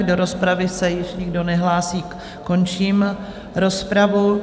Do rozpravy se již nikdo nehlásí, končím rozpravu.